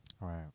Right